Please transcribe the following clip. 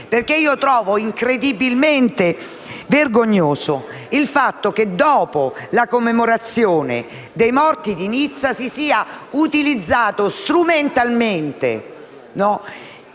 Io trovo incredibilmente vergognoso il fatto che, dopo la commemorazione delle vittime di Nizza, si siano utilizzati strumentalmente